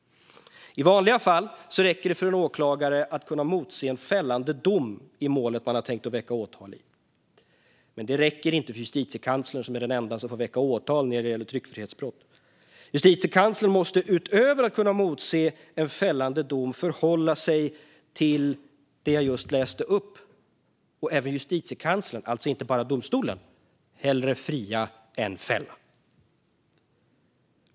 I vanliga fall räcker det för en åklagare att kunna motse en fällande dom i målet man har tänkt att väcka åtal i. Men det räcker inte för Justitiekanslern, som alltså är den enda som får väcka åtal när det gäller tryckfrihetsbrott. Justitiekanslern måste utöver att kunna motse en fällande dom förhålla sig till det jag just läste upp, och även Justitiekanslern, alltså inte bara domstolen, ska hellre fria än fälla.